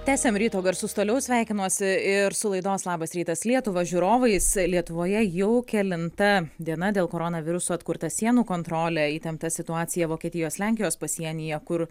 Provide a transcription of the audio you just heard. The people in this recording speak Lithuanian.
tęsiam ryto garsus toliau sveikinuosi ir su laidos labas rytas lietuva žiūrovais lietuvoje jau kelinta diena dėl koronaviruso atkurta sienų kontrolė įtempta situacija vokietijos lenkijos pasienyje kur